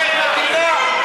תגידו את האמת,